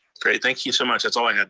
great, thank you so much, that's all i have.